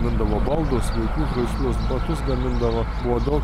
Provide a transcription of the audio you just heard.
gamindavo baldus vaikų žaislus batus gamindavo buvo daug